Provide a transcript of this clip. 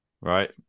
Right